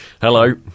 Hello